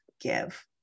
give